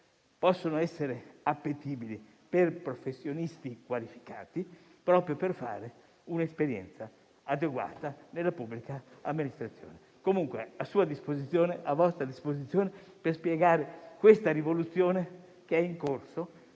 possano essere appetibili per professionisti qualificati, proprio per fare un'esperienza adeguata nella pubblica amministrazione. Resto comunque a vostra disposizione per spiegare questa rivoluzione che è in corso,